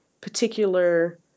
particular